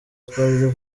twari